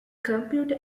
computer